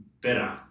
better